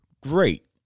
Great